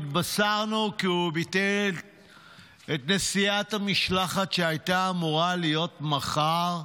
התבשרנו כי הוא ביטל את נסיעת המשלחת שהייתה אמורה להיות מחר,